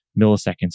milliseconds